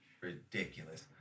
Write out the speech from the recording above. ridiculous